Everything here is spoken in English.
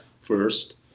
first